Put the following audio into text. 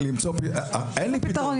אין לי פתרון.